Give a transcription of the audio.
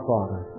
Father